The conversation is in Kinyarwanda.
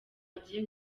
agiye